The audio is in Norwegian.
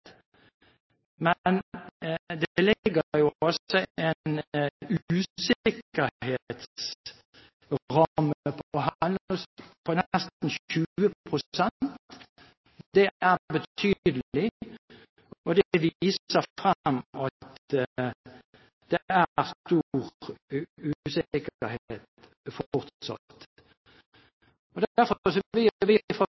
men det ligger en usikkerhetsramme på nesten 20 pst. her. Det er betydelig, og det viser at det er stor usikkerhet fortsatt. Derfor vil vi fra